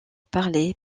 parlé